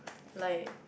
like